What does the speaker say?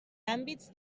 àmbits